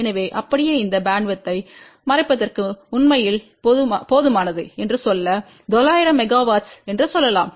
எனவே அப்படியே இந்த பேண்ட்வித்யை மறைப்பதற்கு உண்மையில் போதுமானது என்று சொல்ல 900 மெகா ஹெர்ட்ஸ் என்று சொல்லலாம்